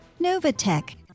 Novatech